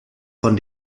von